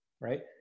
right